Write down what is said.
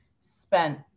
spent